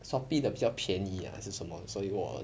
shopee 的比较便宜 ah 还是什么所以我